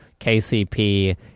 KCP